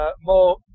more